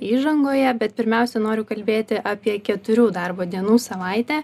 įžangoje bet pirmiausia noriu kalbėti apie keturių darbo dienų savaitę